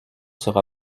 sera